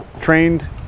trained